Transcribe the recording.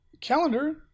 calendar